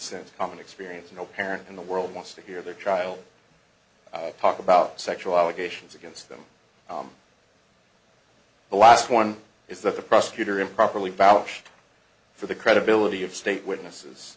sense common experience no parent in the world wants to hear their child talk about sexual allegations against them the last one is that the prosecutor improperly validation for the credibility of state witnesses